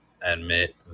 admit